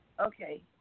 Okay